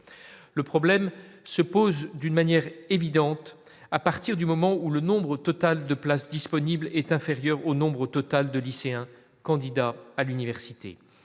le problème se pose d'une manière évidente à partir du moment où le nombre total de places disponibles est inférieur au nombre total de lycéens candidats à l'université,